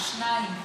בשניים,